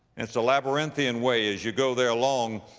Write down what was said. it is a labyrinthian way as you go there along,